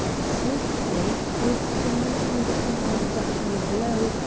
swiftly, with the movement of a man ducking a blow,